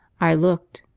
i looked!